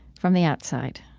from the outside